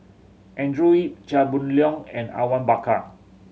Andrew Yip Chia Boon Leong and Awang Bakar